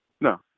No